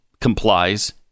complies